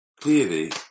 Clearly